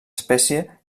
espècie